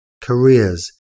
careers